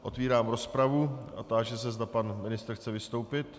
Otevírám rozpravu a táži se, zda pan ministr chce vystoupit.